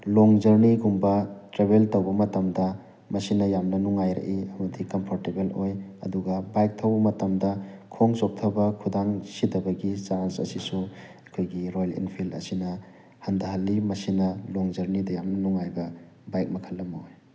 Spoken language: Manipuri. ꯂꯣꯡ ꯖꯔꯅꯤꯒꯨꯝꯕ ꯇ꯭ꯔꯥꯕꯦꯜ ꯇꯧꯕ ꯃꯇꯝꯗ ꯃꯁꯤꯅ ꯌꯥꯝꯅ ꯅꯨꯡꯉꯥꯏꯔꯛꯏ ꯑꯃꯗꯤ ꯀꯝꯐꯣꯔꯇꯦꯕꯜ ꯑꯣꯏ ꯑꯗꯨꯒ ꯕꯥꯏꯛ ꯊꯧꯕ ꯃꯇꯝꯗ ꯈꯣꯡ ꯆꯣꯛꯊꯕ ꯈꯨꯗꯥꯡ ꯁꯤꯊꯕꯒꯤ ꯆꯥꯟꯁ ꯑꯁꯤꯁꯨ ꯑꯩꯈꯣꯏꯒꯤ ꯔꯣꯌꯦꯜ ꯏꯟꯐꯤꯟ ꯑꯁꯤꯅ ꯍꯟꯊꯍꯜꯂꯤ ꯃꯁꯤꯅ ꯂꯣꯡ ꯖꯔꯅꯤꯗ ꯌꯥꯝꯅ ꯅꯨꯡꯉꯥꯏꯕ ꯕꯥꯏꯛ ꯃꯈꯜ ꯑꯃ ꯑꯣꯏ